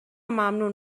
ممنون